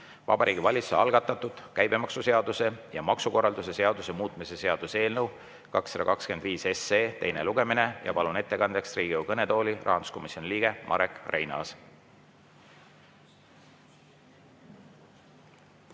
Vabariigi Valitsuse algatatud käibemaksuseaduse ja maksukorralduse seaduse muutmise seaduse eelnõu 225 teine lugemine. Palun ettekandeks Riigikogu kõnetooli rahanduskomisjoni liikme Marek Reinaasa!